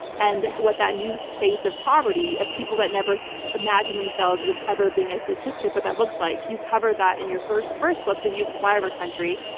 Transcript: and that new face of poverty, of people that never imagined themselves of ever being a statistic, what that looks like, you covered that in your first first book, the view from flyover country.